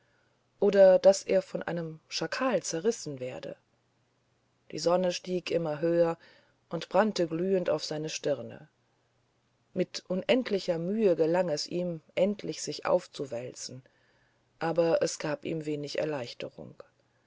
oder daß er von einem schakal zerrissen werde die sonne stieg immer höher und brannte glühend auf seiner stirne mit unendlicher mühe gelang es ihm endlich sich aufzuwälzen aber es gab ihm wenig erleichterung